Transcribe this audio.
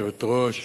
גברתי היושבת-ראש,